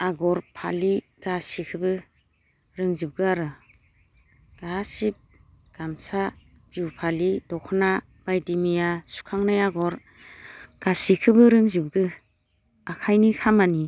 आगर फालि गासैखौबो रोंजोबगौ आरो गासैबो गामसा बिहु फालि दखना बायदि मैया सुखांनाया आगर गासैखौबो रोंजोबगौ आखाइनि खामानि